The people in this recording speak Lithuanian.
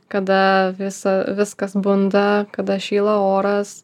kada visa viskas bunda kada šyla oras